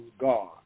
God